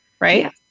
right